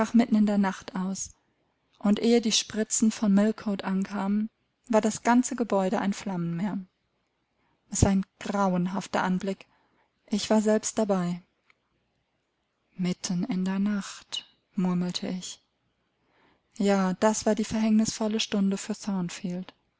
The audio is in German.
mitten in der nacht aus und ehe die spritzen von millcote ankamen war das ganze gebäude ein flammenmeer es war ein grauenhafter anblick ich war selbst dabei mitten in der nacht murmelte ich ja das war die verhängnisvolle stunde für